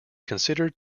considered